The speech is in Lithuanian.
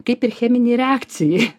kaip ir cheminei reakcijai